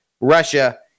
Russia